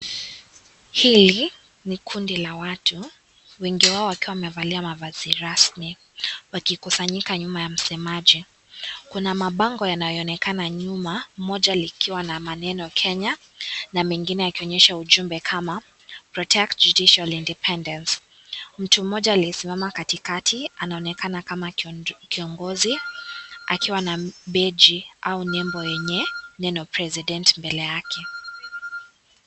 Hii ni kundi la watu wengi wao wakiwa wamevalia mavazi rasmi wakikusanyika nyuma ya msomaji Kuna mabango yanaonekana nyuma moja likiwa na maneno Kenya na mengine ya kuonyesha maneno kama protect judicial independence mtu mmoja aliyesimama katakati anaonekana Kama kiongozi akiwa na bendeji president mbele yake.